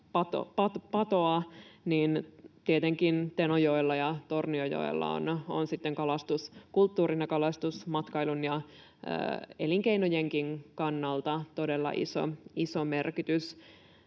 niin tietenkin Tenojoella ja Tornionjoella on sitten kalastuskulttuurin ja kalastusmatkailun ja elinkeinojenkin kannalta todella iso merkitys.